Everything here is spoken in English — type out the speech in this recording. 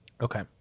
Okay